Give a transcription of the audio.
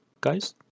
guys